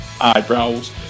eyebrows